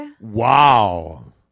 Wow